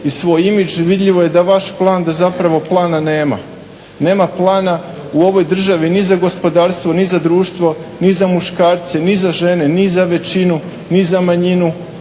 i svoj imidž, vidljivo je da je vaš plan da zapravo plana nema. Nema plana u ovoj državi ni za gospodarstvo ni za društvo, ni za muškarce, ni za žene, ni za većinu, ni za manjinu.